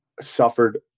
suffered